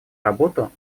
работу